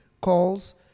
calls